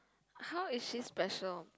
how is she special